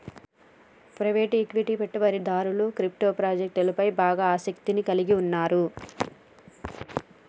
private equity పెట్టుబడిదారులు crypto ప్రాజెక్టులపై బాగా ఆసక్తిని కలిగి ఉన్నరు